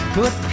put